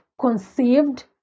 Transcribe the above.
conceived